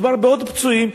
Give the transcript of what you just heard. מדובר בעוד פצועים,